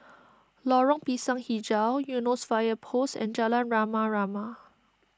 Lorong Pisang HiJau Eunos Fire Post and Jalan Rama Rama